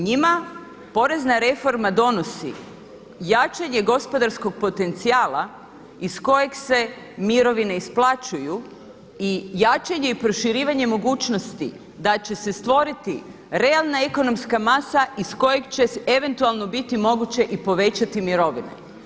Njima porezna reforma donosi jačanje gospodarskog potencijala iz kojeg se mirovine isplaćuju i jačanje i proširivanje mogućnosti da će se stvoriti realna ekonomska masa iz kojeg će se eventualno biti moguće i povećati mirovine.